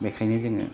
बेखायनो जोङो